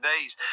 days